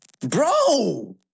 Bro